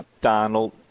Donald